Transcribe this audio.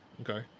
okay